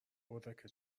اردک